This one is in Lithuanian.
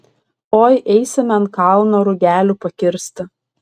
oi eisime ant kalno rugelių pakirsti